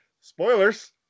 spoilers